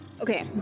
okay